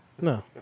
No